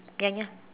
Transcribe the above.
ya ya